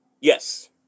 Yes